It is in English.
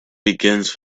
begins